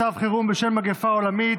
מצב חירום בשל מגפה עולמית),